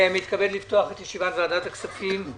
אני מתכבד לפתוח את ישיבת ועדת הכספים.